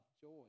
joy